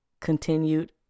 continued